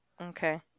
Okay